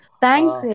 Thanks